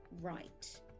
right